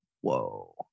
Whoa